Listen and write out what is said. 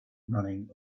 running